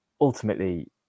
ultimately